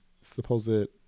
supposed